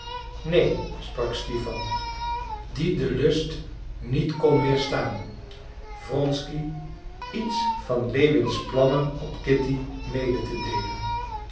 sprak stipan die den lust niet kon weerstaan wronsky iets van lewins plannen op kitty mede te deelen